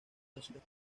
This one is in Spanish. docentes